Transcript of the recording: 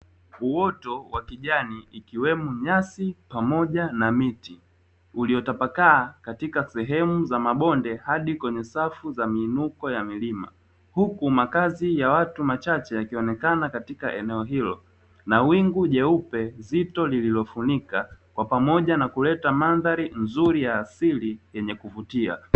Uoto wa kijani ikiwemo nyasi pamoja na miti, uliyotapakaa katika sehemu za mabonde hadi kwenye safu za miinuko ya milima huku makazi ya watu machache yakionekana katika eneo hilo, na wingu jeupe zito lililofunika kwa pamoja na kuleta mandhari nzuri ya asili yenye kuvutia.